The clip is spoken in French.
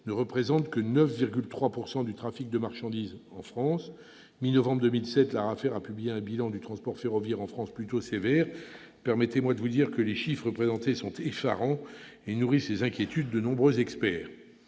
ne représente que 9,3 % du trafic de marchandises en France. Mi-novembre 2017, l'ARAFER, publié un bilan du transport ferroviaire en France plutôt sévère. Permettez-moi de vous dire que les chiffres présentés sont effarants. Ils nourrissent les inquiétudes de nombreux experts.